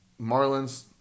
Marlins